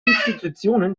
institutionen